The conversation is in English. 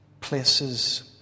Places